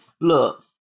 look